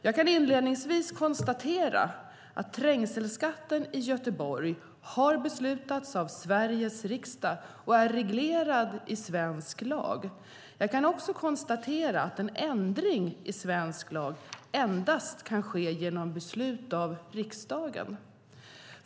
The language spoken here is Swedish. Jag kan inledningsvis konstatera att trängselskatten i Göteborg har beslutats av Sveriges riksdag och är reglerad i svensk lag. Jag kan också konstatera att en ändring i svensk lag endast kan ske genom beslut av riksdagen.